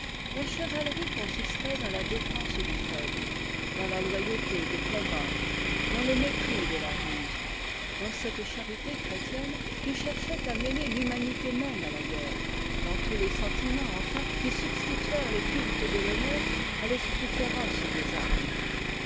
la chevalerie consistait dans la défense du faibte dans la toyauté des combats dans le mépris dé'la ruse dans cette charité chrétienne qui cherchait à mêler l'humanité même à la guerre dans tous les sentiments enfin qui substituèrent le culte de l'honneur à l'esprit féroce des armes